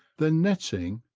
than netting,